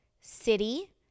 city